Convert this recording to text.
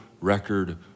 record